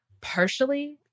partially